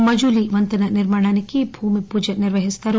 మజులీ వంతెన నిర్మాణానికి భూమి పూజ నిర్వహిస్తారు